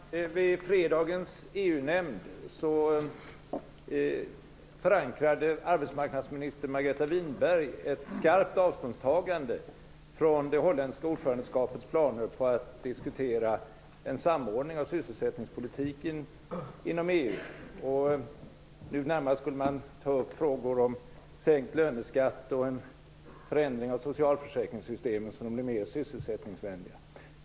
Fru talman! Vid fredagens EU-nämndsmöte förankrade arbetsmarknadsminister Margareta Winberg ett skarpt avståndstagande från det holländska ordförandeskapets planer på att diskutera en samordning av sysselsättningspolitiken inom EU. Nu närmast skulle man ta upp frågor om sänkt löneskatt och en förändring av socialförsäkringssystemen så att de blir mer sysselsättningsvänliga.